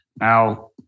Now